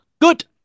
good